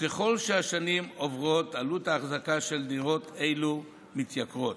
וככל שהשנים עוברות עלות האחזקה של דירות אלה מתייקרת.